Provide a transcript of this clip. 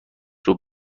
ربع